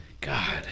God